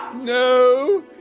No